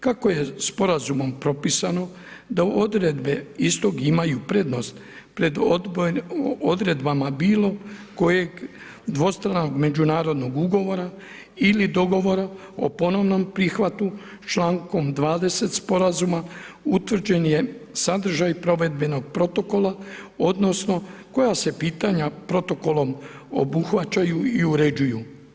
Kako je sporazumom propisano da odredbe istog imaju prednost pred odredbama bilokojeg dvostranog međunarodnog ugovora ili dogovora o ponovnom prihvatu člankom 20. sporazuma utvrđen je sadržaj provedbenog protokola, odnosno, koja se pitanja protokolom obuhvaćaju i uređuju.